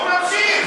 הוא ממשיך.